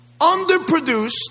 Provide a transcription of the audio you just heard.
underproduced